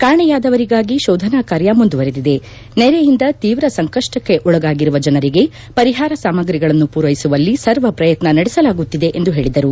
ಕಾಣೆಯಾದವರಿಗಾಗಿ ಶೋಧನಾ ಕಾರ್ಯ ಮುಂದುವರೆದಿದೆ ನೆರೆಯಿಂದ ತೀವ್ರ ಸಂಕಷ್ಟಕ್ಕೆ ಒಳಗಾಗಿರುವ ಜನರಿಗೆ ಪರಿಹಾರ ಸಾಮಗ್ರಿಗಳನ್ನು ಪೂರೈಸುವಲ್ಲಿ ಸರ್ವ ಪ್ರಯತ್ನ ನಡೆಸಲಾಗುತ್ತಿದೆ ಎಂದು ಹೇಳಿದರು